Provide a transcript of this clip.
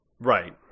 Right